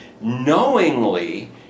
knowingly